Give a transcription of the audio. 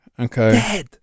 Okay